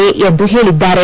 ಎಂದು ಹೇಳಿದ್ದಾರೆ